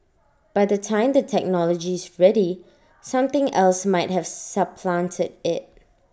by the time the technology is ready something else might have supplanted IT